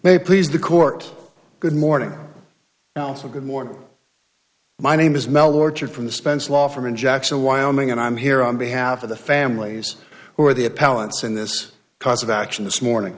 may please the court good morning now also good morning my name is mel orchard from the spence law firm in jackson wyoming and i'm here on behalf of the families who are the appellant's in this cause of action this morning